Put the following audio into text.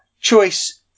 choice